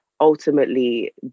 ultimately